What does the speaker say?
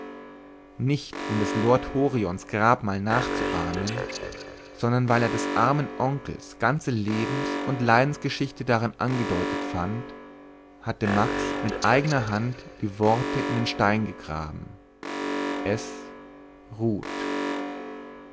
nicht um des lord horions grabmal nachzuahmen sondern weil er des armen onkels ganze lebens und leidensgeschichte darin angedeutet fand hatte max mit eignet hand die worte in den stein gegraben es ruht